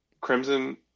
crimson